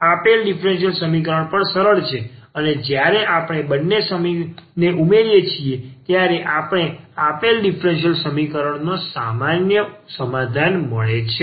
આપેલ ડીફરન્સીયલ સમીકરણ પણ સરળ છે અને જ્યારે આપણે બંને ઉમેરીએ છીએ ત્યારે આપણે આપેલ ડીફરન્સીયલ સમીકરણનો સામાન્ય સમાધાન મળે છે